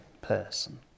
person